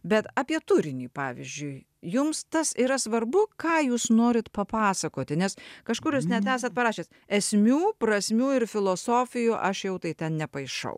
bet apie turinį pavyzdžiui jums tas yra svarbu ką jūs norit papasakoti nes kažkur jūs net esat parašęs esmių prasmių ir filosofijų aš jau tai ten nepaišau